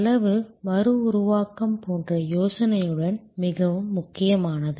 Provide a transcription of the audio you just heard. செலவு மறுஉருவாக்கம் என்ற யோசனையுடன் மிகவும் முக்கியமானது